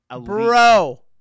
Bro